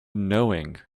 knowing